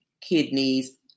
kidneys